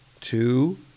two